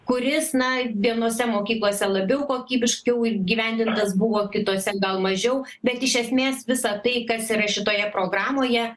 kuris na vienose mokyklose labiau kokybiškiau įgyvendintas buvo kitose gal mažiau bet iš esmės visa tai kas yra šitoje programoje